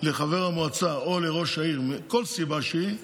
לחבר המועצה או לראש העיר מכל סיבה שהיא,